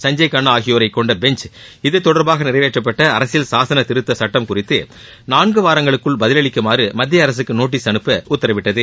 சஞ்சய் கண்ணா ஆகியோர் கொண்ட பெஞ்ச் இத்தொடர்பாக நிறைவேற்றப்பட்ட அரசியல் சாசன திருத்த சுட்டம் குறித்து நான்கு வாரங்களுக்குள் பதில் அளிக்குமாறு மத்திய அரசுக்கு நோட்டீஸ் அனுப்ப உத்தரவிட்டது